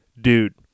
Dude